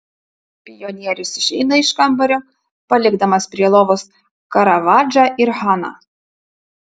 pionierius išeina iš kambario palikdamas prie lovos karavadžą ir haną